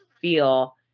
feel